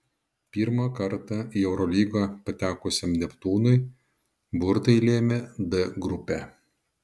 pirmą kartą į eurolygą patekusiam neptūnui burtai lėmė d grupę